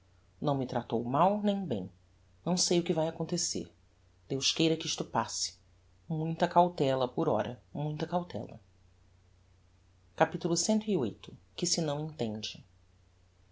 não me tratou mal nem bem não sei o que vae acontecer deus queira que isto passe muita cautela por ora muita cautela capitulo cviii que se não entende